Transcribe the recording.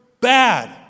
bad